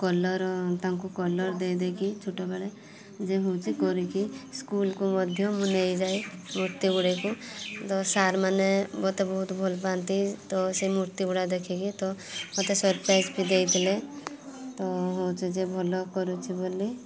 colour ତାଙ୍କୁ colour ଦେଇ ଦେଇକି ଛୋଟ ବେଳେ ଯେ ହଉଛି କରିକି ସ୍କୁଲ୍କୁ ମଧ୍ୟ ମୁଁ ନେଇଯାଏ ମୂର୍ତ୍ତିଗୁଡ଼ିକୁ ତ ସାର୍ମାନେ ମତେ ବହୁତ ଭଲ ପାଆନ୍ତି ତ ସେଇ ମୁର୍ତ୍ତିଗୁଡ଼ା ଦେଖିକି ତ ମତେ ସରପ୍ରାଇଜ୍ ବି ଦେଇଥିଲେ ତ ହଉଛି ଯେ ଭଲ କରୁଛି ବୋଲି